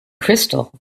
crystal